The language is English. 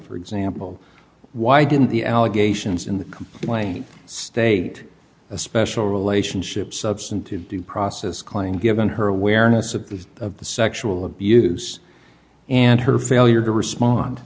for example why didn't the allegations in the complaint state a special relationship substantive due process claim given her awareness of the of the sexual abuse and her failure to respond